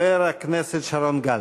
חבר הכנסת שרון גל.